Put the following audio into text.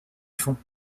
fonds